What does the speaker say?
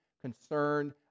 concerned